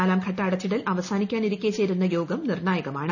നാലാം ഘട്ട അടച്ചിടൽ അവസാനിക്കാനിരിക്കെ ചേരുന്ന യോഗം നിർണായകമാണ്